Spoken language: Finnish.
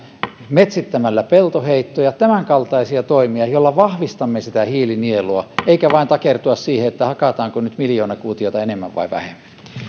metsittämällä peltoheittoja tämänkaltaisilla toimilla joilla vahvistamme sitä hiilinielua eikä pidä vain takertua siihen hakataanko nyt miljoona kuutiota enemmän vai vähemmän